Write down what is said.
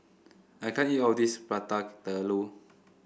I can't eat all of this Prata Telur